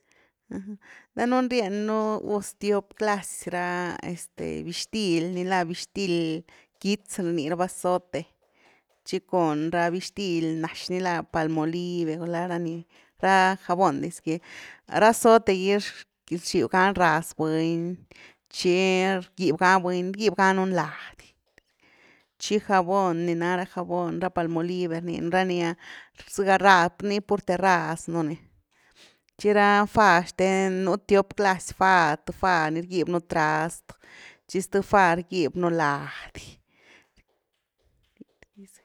danuun rienu gus tiop clas ra este bixtil, ni la bixtil quitz ni rni raba zote, tchi cun ra bixtil nax ni lá palmolive, gulá ra ni, ra jabon diz gy, ra zote gy rxiw gani raz buny, tchi rgib ga buny, rgib ganu ni lady, tchi jabon ni na ra jabon, ra palmolive rninu rani’a, nii purthe raz nú ni, tchi ra fá xten, nú tiop clas fá, th fá ni rgib nú trast tchi zth fá rgib nú lady.